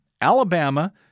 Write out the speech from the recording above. Alabama